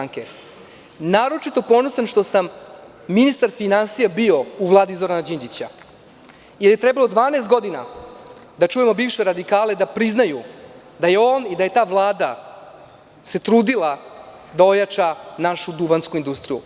Naročito ponosan što sam ministar finansija bio u Vladi Zorana Đinđića, jer je trebalo 12 godina da čujemo bivše radikale da priznaju da je on i da se ta Vlada trudila da ojača našu duvansku industriju.